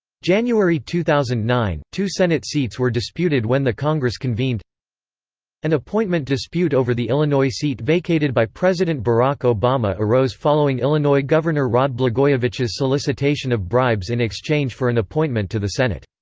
january two thousand and nine two senate seats were disputed when the congress convened an appointment dispute over the illinois seat vacated by president barack obama arose following illinois governor rod blagojevich's solicitation of bribes in exchange for an appointment to the senate.